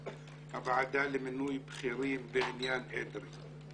הוועדה למינוי בכירים בעניין אדרי,